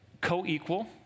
Co-equal